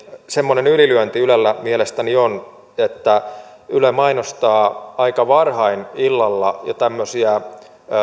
semmoinen ylilyönti ylellä mielestäni on että yle mainostaa aika varhain illalla tämmöisiä